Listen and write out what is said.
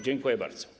Dziękuję bardzo.